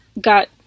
got